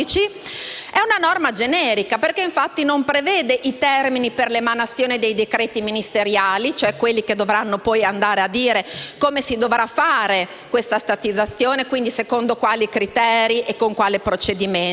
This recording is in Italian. è una norma generica, non prevedendo infatti i termini per l'emanazione dei decreti ministeriali, cioè quelli che dovranno poi descrivere come si dovrà fare questa statizzazione, secondo quali criteri e con quale procedimento.